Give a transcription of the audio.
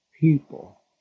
people